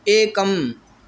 एकम्